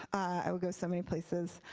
i would go so many places.